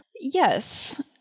Yes